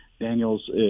Daniels